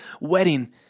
wedding